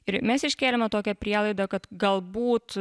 ir mes iškėlėme tokią prielaidą kad galbūt